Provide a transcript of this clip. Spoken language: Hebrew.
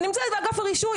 זה נמצא באגף הרישוי,